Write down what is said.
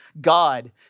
God